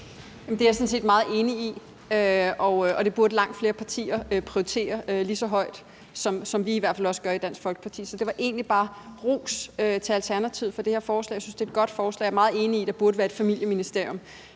Det er jeg sådan set meget enig i, og det burde langt flere partier prioritere lige så højt, som vi i hvert fald også gør i Dansk Folkeparti. Så det var egentlig bare ros til Alternativet for det her forslag. Jeg synes, det er et godt forslag, og jeg er meget enig i, at der burde være et familieministerium,